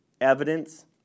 evidence